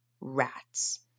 rats